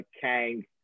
Kang